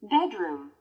Bedroom